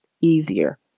easier